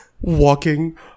walking